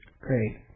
Great